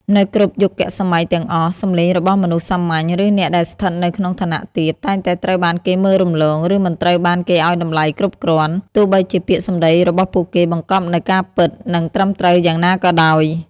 នៅគ្រប់យុគសម័យទាំងអស់ សំឡេងរបស់មនុស្សសាមញ្ញ ឬអ្នកដែលស្ថិតនៅក្នុងឋានៈទាប តែងតែត្រូវបានគេមើលរំលង ឬមិនត្រូវបានគេឲ្យតម្លៃគ្រប់គ្រាន់ ទោះបីជាពាក្យសម្ដីរបស់ពួកគេបង្កប់នូវការពិត និងត្រឹមត្រូវយ៉ាងណាក៏ដោយ។។